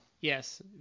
yes